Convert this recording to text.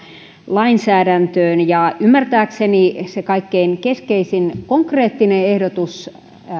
lainsäädäntöön ja ymmärtääkseni se kaikkein keskeisin konkreettinen ehdotus